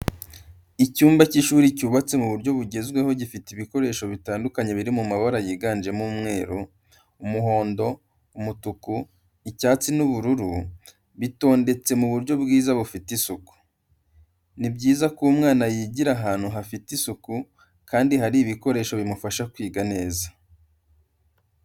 Icyumba cy'ishuri cyubatse mu buryo bugezweho gifite ibikoresho bitandukanye biri mabara yiganjemo umweru, umuhondo, umutuku, icyatsi ubururu, bitondetse mu buryo bwiza bufite isuku. Ni byiza ko umwana yigira ahantu heza hafite isuku kandi hari ibikoresho bimufasha kwiga neza.